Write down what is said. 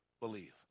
Believe